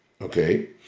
okay